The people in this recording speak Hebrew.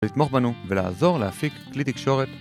לתמוך בנו ולעזור להפיק כלי תקשורת